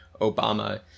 Obama